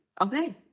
Okay